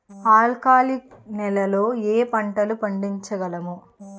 ఆల్కాలిక్ నెలలో ఏ పంటలు పండించగలము?